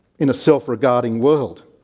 in a self-regarding world?